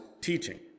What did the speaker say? teaching